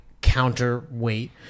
counterweight